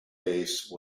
base